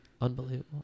unbelievable